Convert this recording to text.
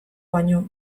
baino